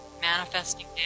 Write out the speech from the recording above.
manifesting